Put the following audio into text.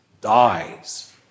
dies